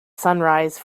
sunrise